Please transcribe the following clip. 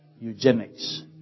eugenics